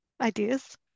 ideas